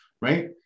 right